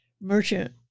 merchant